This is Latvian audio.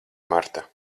marta